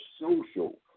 social